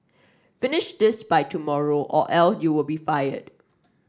finish this by tomorrow or else you'll be fired